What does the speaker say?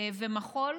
ומחול,